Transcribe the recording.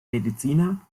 mediziner